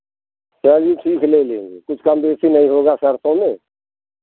चलिए ठीक है ले लेंगे कुछ कम बेसी नहीं होगा सरसो में